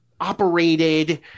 operated